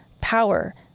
power